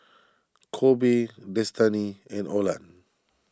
Kobe Destany and Olan